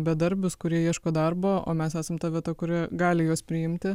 bedarbius kurie ieško darbo o mes esam ta vieta kuri gali juos priimti